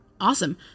Awesome